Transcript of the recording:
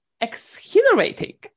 exhilarating